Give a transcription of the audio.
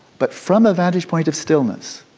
but from a vantage point of stillness,